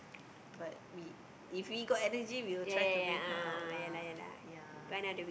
but we if we got energy we will try to bring her out lah ya